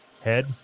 head